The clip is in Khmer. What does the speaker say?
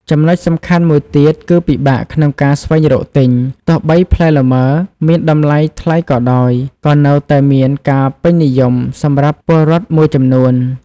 ចំណុចសំខាន់មួយទៀតគឺពិបាកក្នុងការស្វែងរកទិញ ទោះបីផ្លែលម៉ើមានតម្លៃថ្លៃក៏ដោយ ក៏នៅតែមានការពេញនិយមសម្រាប់ពលរដ្ឋមួយចំនួន។